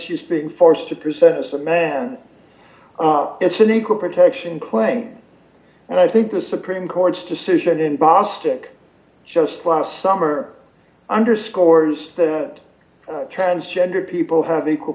she's being forced to present as a man up as an equal protection claim and i think the supreme court's decision in bostic just last summer underscores that transgender people have equal